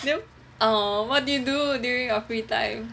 then what do you do during your free time